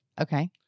Okay